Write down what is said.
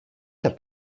qu’un